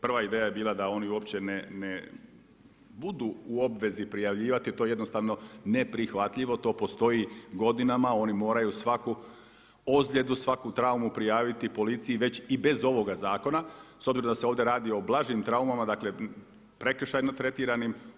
Prva ideja je bila da oni uopće ne budu u obvezi prijavljivati, jer to je jednostavno neprihvatljivo, to postoji godinama, oni moraju svaku ozljedu, svaku traumu prijaviti policiji, već i bez ovoga zakona, s obzirom da se ovdje radi o blažim traumama, dakle prekršajno tretiranim.